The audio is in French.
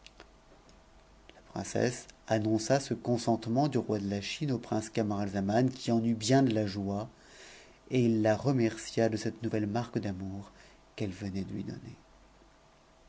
la princesse annonça ce consentement du roi de ta chine au prince aratxatnan qui en eut bien de lu joie et il la remercia d cette yf te marque d'ionnur qu'ettc